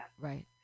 Right